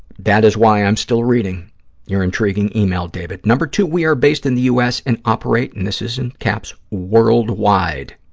that is why i'm still reading your intriguing e-mail, david. number two, we are based in the u. s. and operate, and this is in caps, worldwide.